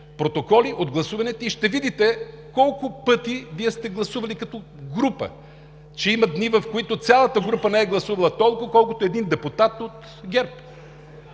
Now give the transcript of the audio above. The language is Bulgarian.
протоколи от гласуванията и ще видите колко пъти Вие сте гласували като група, че има дни, в които цялата група не е гласувала толкова, колкото един депутат от ГЕРБ.